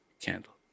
candle